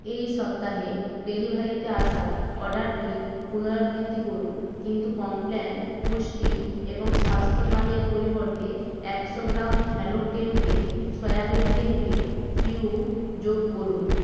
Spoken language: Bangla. এই সপ্তাহে ডেলিভারিতে আসা অর্ডারটির পুনরাবৃত্তি করুন কিন্তু কমপ্ল্যান পুষ্টি এবং স্বাস্থ্য পানীয়ের পরিবর্তে একশো gram Hello tempeh soybean tempeh cube যোগ করুন